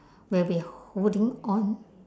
will be holding on